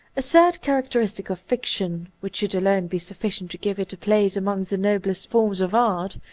a third characteristic of fiction, which should alone be sufficient to give it a place among the no blest forms of art,